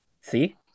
See